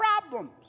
problems